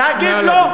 להגיד לו חינוך?